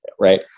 right